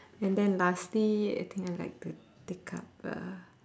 and then lastly I think I would like to take up uh